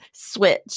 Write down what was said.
switch